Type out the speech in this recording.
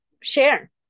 share